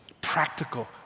Practical